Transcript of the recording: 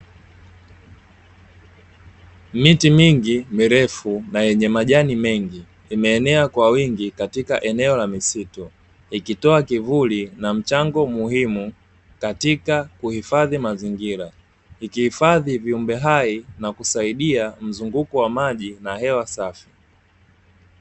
Miti mingi mirefu na yenye majani mengi, imeenea kwa wingi katika maeneo ya misitu, ikitoa kivuli na mchango muhimu katika kuhifadhi mazingira, ikihifadhi viumbe hai na kusaidia mzunguko wa maji na hewa safi.